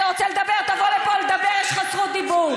אתה רוצה לדבר, תבוא לפה לדבר, יש לך זכות דיבור.